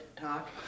talk